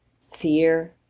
Fear